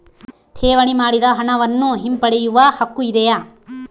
ಠೇವಣಿ ಮಾಡಿದ ಹಣವನ್ನು ಹಿಂಪಡೆಯವ ಹಕ್ಕು ಇದೆಯಾ?